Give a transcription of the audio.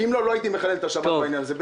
כי אחרת לא הייתי מחלל את השבת בעניין הזה.